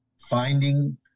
finding